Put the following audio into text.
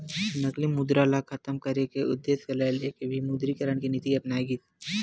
नकली मुद्रा ल खतम करे के उद्देश्य ल लेके विमुद्रीकरन के नीति अपनाए गिस